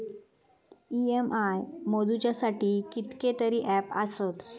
EMI मोजुच्यासाठी कितकेतरी app आसत